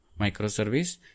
microservice